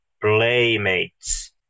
playmates